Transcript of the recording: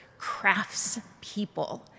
craftspeople